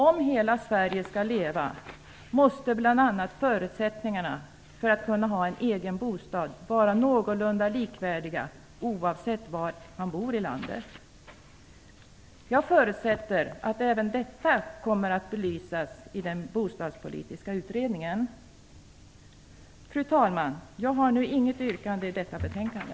Om hela Sverige skall leva måste bl.a. förutsättningarna för att ha en egen bostad vara någorlunda likvärdiga oavsett var man bor i landet. Jag förutsätter att även detta kommer att belysas i den bostadspolitiska utredningen. Fru talman! Jag har inget yrkande i detta betänkande.